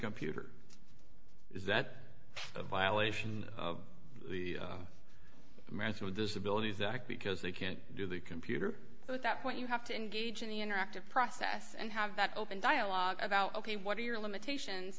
computer is that a violation of the american with disabilities act because they can't do the computer so at that point you have to engage in the interactive process and have that open dialogue about ok what are your limitations